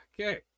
okay